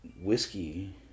whiskey